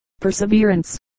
perseverance